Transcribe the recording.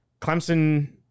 Clemson –